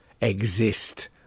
exist